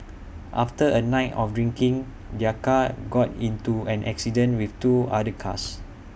after A night of drinking their car got into an accident with two other cars